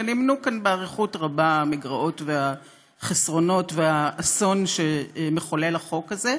ונמנו כאן באריכות רבה המגרעות והחסרונות והאסון שמחולל החוק הזה,